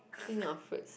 king of fruits